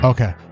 Okay